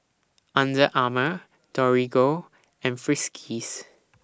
Under Armour Torigo and Friskies